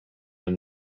and